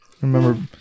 Remember